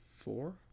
Four